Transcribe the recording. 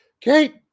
Kate